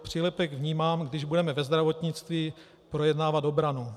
Přílepek vnímám, když budeme ve zdravotnictví projednávat obranu.